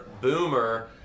Boomer